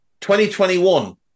2021